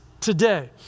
today